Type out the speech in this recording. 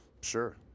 Sure